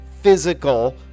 physical